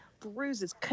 Bruises